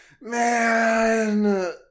man